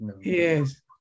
Yes